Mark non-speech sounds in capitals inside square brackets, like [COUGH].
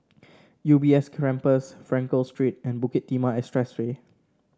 U B S Campus Frankel Street and Bukit Timah [UNINTELLIGIBLE]